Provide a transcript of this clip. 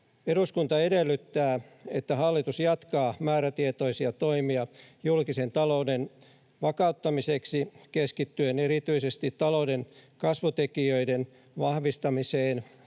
”Eduskunta edellyttää, että hallitus jatkaa määrätietoisia toimia julkisen talouden vakauttamiseksi keskittyen erityisesti talouden kasvutekijöiden vahvistamiseen,